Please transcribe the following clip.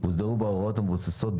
והוסדרו בה הוראות המבוססות,